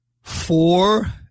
Four